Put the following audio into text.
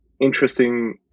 interesting